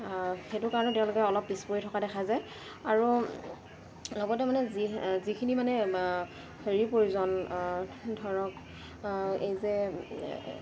সেইটো কাৰণেও তেওঁলোকে অলপ পিছপৰি থকা দেখা যায় আৰু লগতে মানে যি যিখিনি মানে হেৰিৰ প্ৰয়োজন ধৰক এই যে